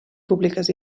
públiques